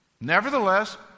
Nevertheless